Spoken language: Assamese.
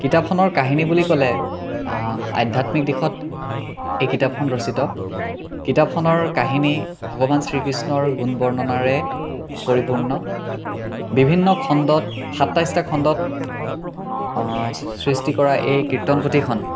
কিতাপখনৰ কাহিনী বুলি ক'লে আধ্যাত্মিক দিশত এই কিতাপখন ৰচিত কিতাপখনৰ কাহিনী ভগৱান শ্ৰীকৃষ্ণৰ গুণ বৰ্ণনাৰে পৰিপূৰ্ণ বিভিন্ন খণ্ডত সাতাইছটা খণ্ডত সৃষ্টি কৰা এই কীৰ্তন পুথিখন